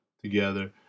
together